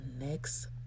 next